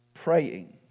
praying